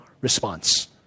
response